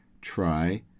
try